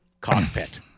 cockpit